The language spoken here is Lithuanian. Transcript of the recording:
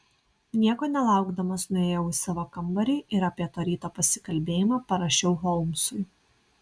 nieko nelaukdamas nuėjau į savo kambarį ir apie to ryto pasikalbėjimą parašiau holmsui